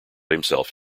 himself